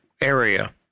area